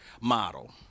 model